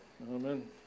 Amen